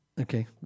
Okay